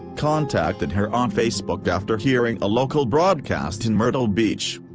contacted her on facebook after hearing a local broadcast in myrtle beach.